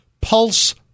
pulse